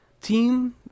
team